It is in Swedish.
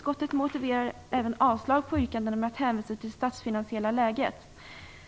Utskottet motiverar också sitt avstyrkande av yrkandet med att hänvisa till det statsfinansiella läget.